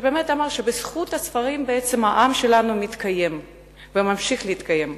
שבאמת אמר שבזכות הספרים בעצם העם שלנו מתקיים וממשיך להתקיים,